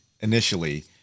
initially